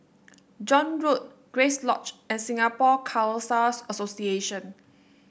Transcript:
John Road Grace Lodge and Singapore Khalsa Association